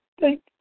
thank